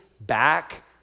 back